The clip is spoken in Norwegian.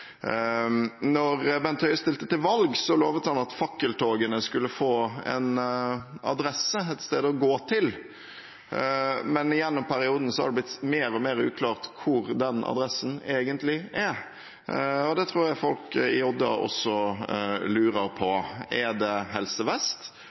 Bent Høie stilte til valg, lovet han at fakkeltogene skulle få en adresse, et sted å gå til, men gjennom perioden har det blitt mer og mer uklart hvor den adressen egentlig er, og det tror jeg folk i Odda også lurer på.